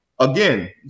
Again